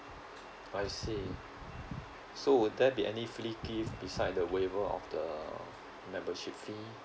I see so would there be any free gift besides the waiver of the membership fee